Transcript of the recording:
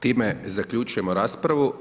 Time zaključujemo raspravu.